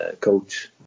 coach